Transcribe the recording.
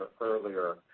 earlier